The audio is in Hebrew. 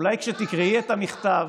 אולי כשתקראי את המכתב,